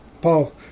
Paul